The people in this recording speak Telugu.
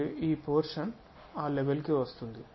మరియు ఈ పోర్షన్ ఆ లెవెల్ కి వస్తుంది